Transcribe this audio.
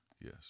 yes